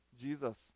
Jesus